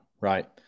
Right